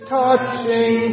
touching